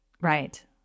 Right